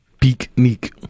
Picnic